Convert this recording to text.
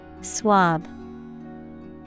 Swab